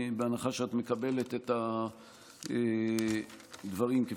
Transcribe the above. בהנחה שאת מקבלת את הדברים כפי שהצגתי כאן.